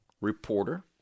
reporter